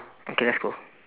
okay let's go